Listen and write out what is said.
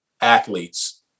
athletes